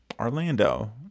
Orlando